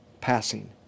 passing